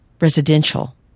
residential